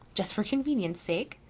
just for convenience' sake?